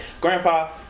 Grandpa